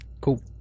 Cool